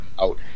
out